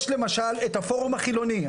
יש למשל את הפורום החילוני.